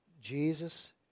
Jesus